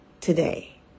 today